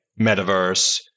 metaverse